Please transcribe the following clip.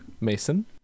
Mason